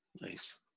Nice